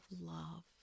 love